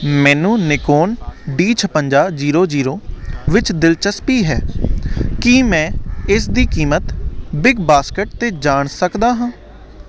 ਮੈਨੂੰ Nikon D ਛਪੰਜਾ zero zero ਵਿੱਚ ਦਿਲਚਸਪੀ ਹੈ ਕੀ ਮੈਂ ਇਸ ਦੀ ਕੀਮਤ ਬਿਗ ਬਾਸਕਟ 'ਤੇ ਜਾਣ ਸਕਦਾ ਹਾਂ